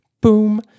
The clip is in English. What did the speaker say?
Boom